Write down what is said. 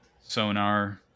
sonar